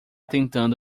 tentando